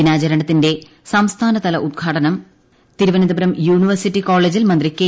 ദിനാചരണത്തിന്റെ സംസ്ഥാനതല ഉദ്ഘാടനം മന്ത്രി തിരുവനന്തപുരം യൂണിവേഴ്സിറ്റി കോളേജിൽ മന്ത്രി കെ